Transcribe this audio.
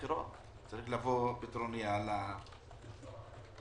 למה הקורונה העלתה כל כך הרבה,